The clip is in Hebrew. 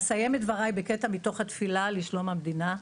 אסיים את דבריי בקטע מתוך התפילה לשלום המדינה,